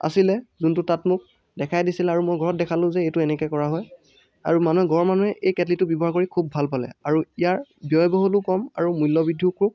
আছিলে যোনটো তাত মোক দেখাই দিছিল আৰু মই ঘৰত দেখালোঁ যে এইটো এনেকৈ কৰা হয় আৰু মানুহ ঘৰৰ মানুহে এই কেটলিটো ব্যৱহাৰ কৰি খুব ভাল পালে আৰু ইয়াৰ ব্যয় বহুলো কম আৰু মূল্য বৃদ্ধিও খুব